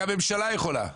רק הממשלה יכולה.